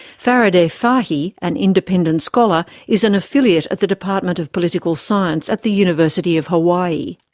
farideh farhi, an independent scholar, is an affiliate at the department of political science at the university of hawaii.